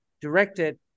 directed